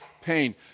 pain